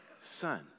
son